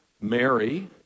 Mary